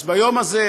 אז ביום הזה,